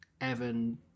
Evan